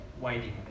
waiting